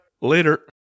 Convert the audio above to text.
Later